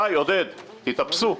די, עודד, תתאפסו.